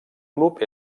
club